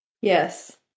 Yes